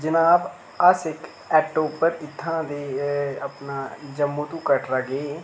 जनाब अस इक आटो उप्पर इत्थुं दा अपना जम्मू तू कटरा गे